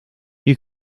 you